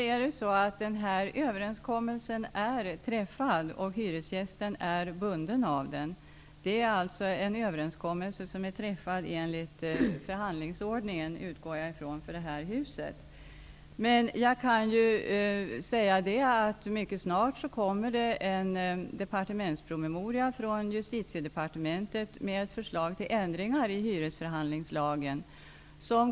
Fru talman! Överenskommelsen är ju träffad, då är hyresgästen bunden av den. Jag utgår från att överenskommelsen är träffad enligt förhandlingsordningen för ifrågavarande hus. Mycket snart kommer det emellertid en departementspromemoria från Justitiedepartementet med förslag om ändringar i hyresförhandlingslagen.